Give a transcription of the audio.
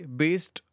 based